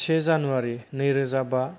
से जानुवारी नैरोजा बा